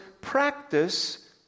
practice